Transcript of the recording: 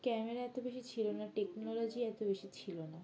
camera এত বেশি ছিল না টেকনোলজি এত বেশি ছিল না